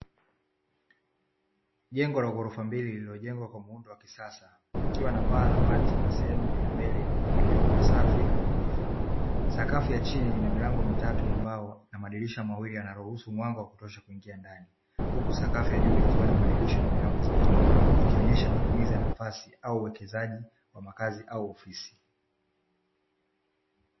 Jengo la ghorofa mbili lililojengwa kwa muundo wa kisasa likiwa na paa la bati. Sehemu ya mbele iliyopangiliwa kwa usafi na nadhifu. Sakafu ya chini ina milango mitatu ya mbao na madirisha mawili yanayoruhusu mwanga wa kutosha kuingia ndani, huku sakafu ya juu ikiwa na madirisha na milango zaidi. Ikionyesha matumizi ya nafasi ya uwekezaji wa makazi au ofisi.